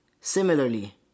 Similarly